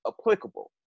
applicable